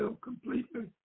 completely